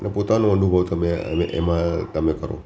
ને પોતાનો અનુભવ તમે એમાં તમે કરો